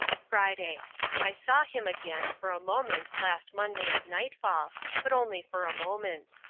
friday i saw him again, for a moment, last monday at nightfall, but only for a moment.